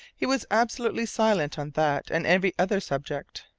he was absolutely silent on that and every other subject.